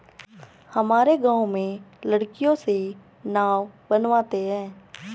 हमारे गांव में लकड़ियों से नाव बनते हैं